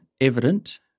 evident